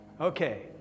Okay